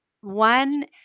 one